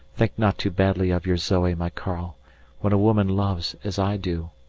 think not too badly of your zoe, my karl when a woman loves as i do,